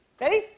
ready